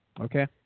Okay